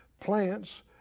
plants